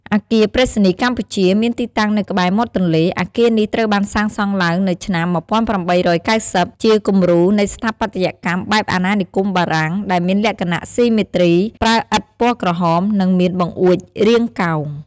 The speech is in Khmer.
អគារប្រៃសណីយ៍កម្ពុជា មានទីតាំងនៅក្បែរមាត់ទន្លេ អគារនេះត្រូវបានសាងសង់ឡើងនៅឆ្នាំ ១៨៩០ ជាគំរូនៃស្ថាបត្យកម្មបែបអាណានិគមបារាំង ដែលមានលក្ខណៈស៊ីមេទ្រី ប្រើឥដ្ឋពណ៌ក្រហម និងមានបង្អួចរាងកោង។